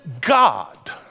God